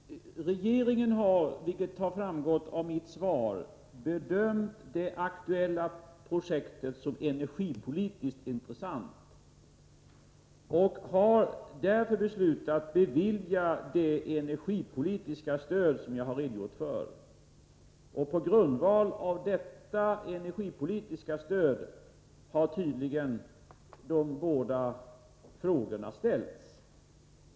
Herr talman! Regeringen har, vilket har framgått av mitt svar, bedömt det aktuella projektet som energipolitiskt intressant och har därför beslutat att bevilja det energipolitiska stöd som jag har redogjort för. Mot bakgrund av detta energipolitiska stöd har tydligen de båda frågorna ställts.